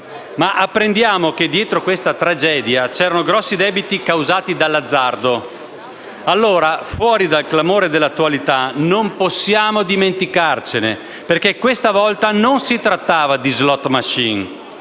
Apprendiamo che dietro questa tragedia si nascondevano grossi debiti causati dall'azzardo. Fuori dal clamore dell'attualità non possiamo dimenticarcene, perché questa volta non si trattava di *slot machine*.